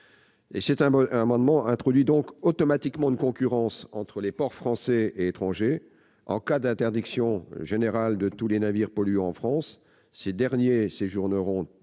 économie. Il introduit automatiquement une concurrence entre les ports français et étrangers. En cas d'interdiction générale de tous les navires polluants en France, ces derniers séjourneront